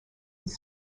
with